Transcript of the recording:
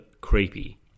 creepy